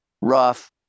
rough